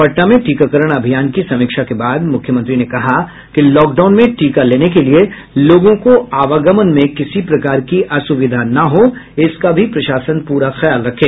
पटना में टीकाकरण अभियान की समीक्षा को बाद मुख्यमंत्री ने कहा कि लॉकडाउन में टीका लेने के लिए लोगों को आवागमन में किसी प्रकार की असुविधा न हो इसका भी प्रशासन पूरा ख्याल रखे